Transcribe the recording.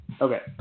Okay